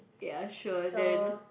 ya sure then